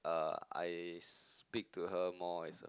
uh I speak to her more as a f~